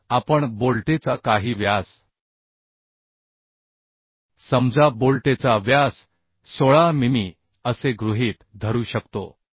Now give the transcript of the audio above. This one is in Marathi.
तर आपण बोल्टेचा काही व्यास समजा बोल्टेचा व्यास 16 मिमी असे गृहीत धरू शकतो